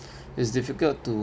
is difficult to